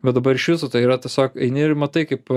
bet dabar iš viso tai yra tiesiog eini ir matai kaip